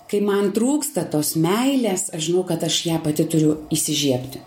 kai man trūksta tos meilės aš žinau kad aš ją pati turiu įsižiebti